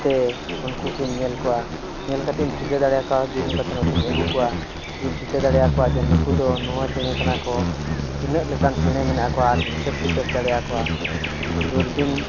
ᱛᱮ ᱩᱱᱠᱩ ᱠᱚᱧ ᱧᱮᱞ ᱠᱚᱣᱟ ᱧᱮᱞ ᱠᱟᱛᱮᱫ ᱤᱧ ᱴᱷᱤᱠᱟᱹ ᱫᱟᱲᱮᱠᱚᱣᱟ ᱡᱩᱢ ᱠᱟᱛᱮᱫ ᱱᱚᱛᱮᱧ ᱟᱹᱜᱩ ᱠᱚᱣᱟ ᱡᱮᱧ ᱴᱷᱤᱠᱟᱹ ᱫᱟᱲᱮ ᱠᱚᱣᱟ ᱡᱮ ᱱᱩᱠᱩ ᱫᱚ ᱱᱚᱣᱟ ᱪᱮᱬᱮ ᱠᱟᱱᱟ ᱠᱚ ᱛᱤᱱᱟᱹᱜ ᱞᱮᱠᱟᱱ ᱪᱮᱬᱮ ᱢᱮᱱᱟᱜ ᱠᱚᱣᱟ ᱟᱨ ᱤᱧ ᱦᱤᱥᱟᱹᱵ ᱠᱤᱛᱟᱹᱵ ᱫᱟᱲᱮᱭᱟ ᱠᱚᱣᱟ ᱫᱩᱨᱵᱤᱱ